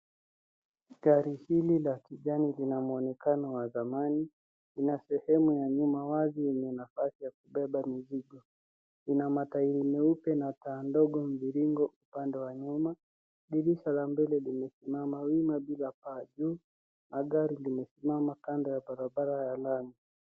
Gari hili la kijani lina mwonekano wa zamani. Lina sehemu ya nyuma wazi yenye nafasi ya kubeba mizigo. Lina matairi meupe na taa ndogo mviringo upande wa nyuma, dirisha la mbele limesimama wima bila paa juu, na gari limesimama kando ya barabara ya lami.